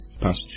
past